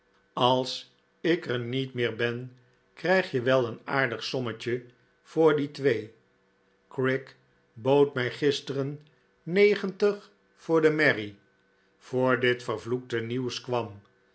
als ik er niet meer ben krijg je wel een aardig sommetje voor die twee grigg bood mij gisteren negentig voor de merrie voor dit vervloekte nieuws kwam